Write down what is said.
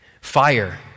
Fire